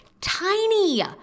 Tiny